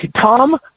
Tom